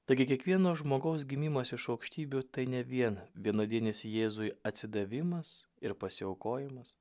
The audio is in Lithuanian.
taigi kiekvieno žmogaus gimimas iš aukštybių tai ne vien vienadienis jėzui atsidavimas ir pasiaukojimas